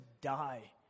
die